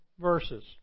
verses